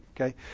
okay